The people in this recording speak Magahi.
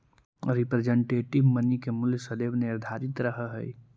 रिप्रेजेंटेटिव मनी के मूल्य सदैव निर्धारित रहऽ हई